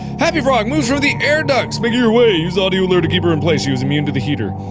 happy frog moves through the air ducts making your way you saw do you allure to keep her in place using me into the heater.